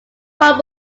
corn